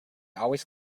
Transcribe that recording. always